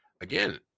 again